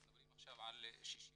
אנחנו עומדים עכשיו על 66 קצינים.